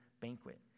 banquet